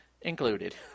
included